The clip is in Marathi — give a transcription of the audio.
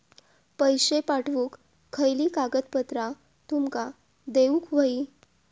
पैशे पाठवुक खयली कागदपत्रा तुमका देऊक व्हयी?